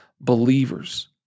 believers